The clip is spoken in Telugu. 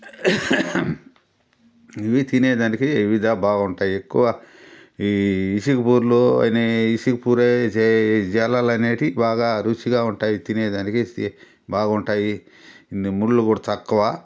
ఇవి తినేదానికి ఇవి దా బావుంటాయి ఎక్కువ ఈ ఇసికపూర్లు అనే ఇసికపురి జ జల్లలనేటివి బాగా రుచిగా ఉంటాయి తినేదానికి సి బాగుంటాయి ముళ్ళు కూడా తక్కువ